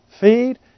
Feed